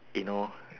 you know